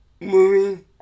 movie